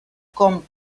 com